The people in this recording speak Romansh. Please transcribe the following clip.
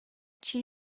chi